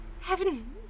Heaven